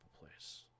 place